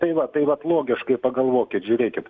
tai va tai vat logiškai pagalvokit žiūrėkit